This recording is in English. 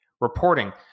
reporting